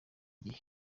gihe